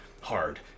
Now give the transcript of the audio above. hard